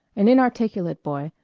an inarticulate boy,